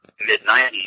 mid-90s